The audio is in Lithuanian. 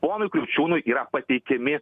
ponui kriaučiūnui yra pateikiami